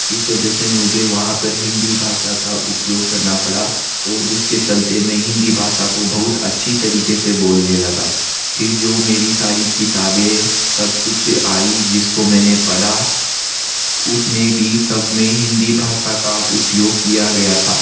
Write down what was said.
इस वजह से मुझे वहाँ पर हिंदी भाषा का उपयोग करना पड़ा और जिस के चलते में हिंदी भाषा को बहुत अच्छी तरीक़े से बोलने लगा फिर जो मेरी सारी किताबें सब कुछ आई जिस को मैंने पढ़ा उस में भी सब में हिंदी भाषा का उपयोग किया गया था